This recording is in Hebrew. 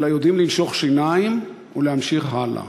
אלא יודעים לנשוך שפתיים ולהמשיך הלאה.